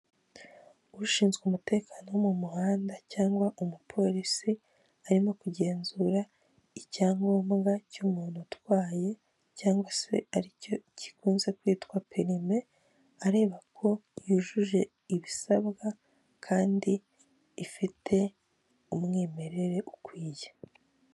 Ushinzwe umutekano wo mu muhanda cyangwa umupolisi arimo kugenzura icyangombwa cy'umuntu utwaye cyangwa se ari cyo kikunze kwitwa perime areba ko yujuje ibisabwa kandi ifite umwimerere ukwiye.